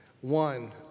One